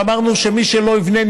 ואמרנו שמי שלא יבנה,